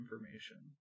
information